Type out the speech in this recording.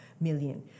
million